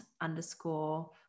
underscore